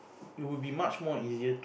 it would be much more easier to